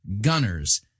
Gunners